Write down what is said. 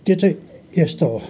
त्यो चाहिँ यस्तो हो